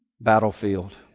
battlefield